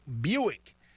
Buick